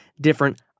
different